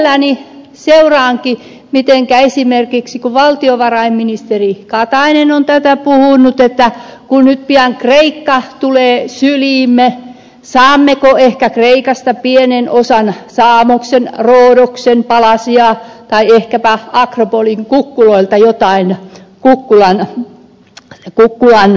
mielelläni seuraankin mitenkä käy esimerkiksi kun valtiovarainministeri katainen on tätä puhunut kun nyt pian kreikka tulee syliimme saammeko ehkä kreikasta pienen osan samoksen rodoksen palasia tai ehkäpä akropoliin kukkuloilta jotain kukkulanpaloja